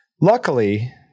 Luckily